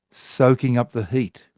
soaking up the heat.